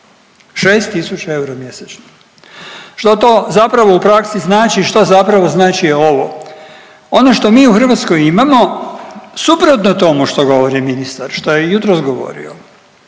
stopi, 6000 eura mjesečno. Što to zapravo u praksi znači? Što zapravo znači ovo? Ono što mi u Hrvatskoj imamo suprotno tomu što govori ministar što je jutros govorio